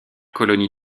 colonie